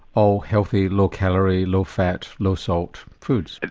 all healthy, low calorie, low fat, low salt foods.